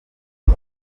iyo